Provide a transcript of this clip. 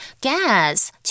Gas